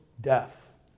death